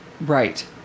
right